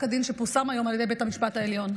הדין שפורסם היום על ידי בית המשפט העליון.